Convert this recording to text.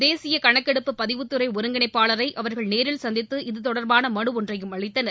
தேசிய கணக்கெடுப்பு பதிவுத்துறை ஒருங்கிணைப்பாளரை அவர்கள் நேரில் சந்தித்து இதுதொடர்பாள மனு ஒன்றையும் அளித்தனர்